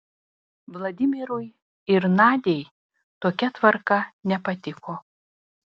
vladimirui ir nadiai tokia tvarka nepatiko